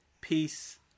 Peace